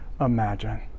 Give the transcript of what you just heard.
imagine